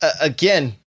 again